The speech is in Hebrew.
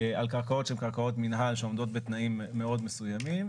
על קרקעות שהן קרקעות מנהל שעומדות בתנאים מאוד מסוימים,